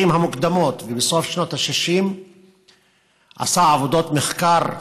המוקדמות ובסוף שנות ה-60 עשה עבודות מחקר חשובות,